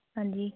ਹਾਂਜੀ